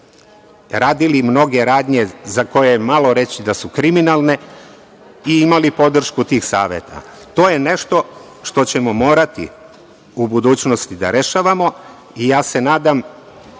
radili mnoge radnje za koje je malo reći da su kriminalne i imali podršku od tih saveta. To je nešto što ćemo morati u budućnosti da rešavamo. Ja se nadam